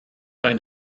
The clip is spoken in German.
dein